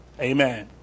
Amen